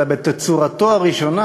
אלא בתצורתו הראשונה,